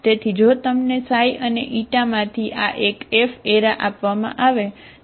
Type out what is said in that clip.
તેથી જો તમને ξ અને η માંથી આ એક F આપવામાં આવે તો તે વિધેય હોય છે બરાબર